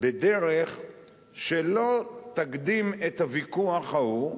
בדרך שלא תקדים את הוויכוח ההוא,